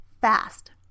fast